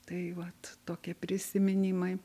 tai vat tokie prisiminimai